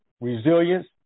resilience